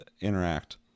interact